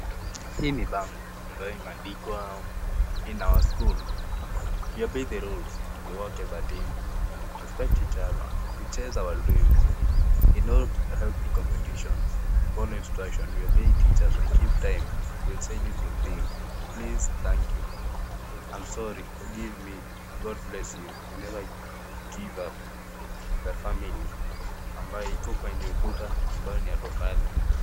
Hii ni bango ambayo imeandikwa "in our school". "We obey the rules, we work as a team, we respect each other, we chase our dreams, we do healthy competitions, we follow instructions, we obey teachers, we keep time, we say little things with please, thank you, I'm sorry, forgive me, God bless you, we never give up, we are family" ambayo iko kwenye ukuta ambayo ni ya tofali.